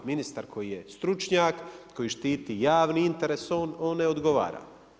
Ministar koji je stručnjak koji štiti javni interes, on ne odgovara.